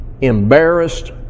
embarrassed